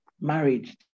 marriage